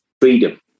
freedom